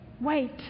Wait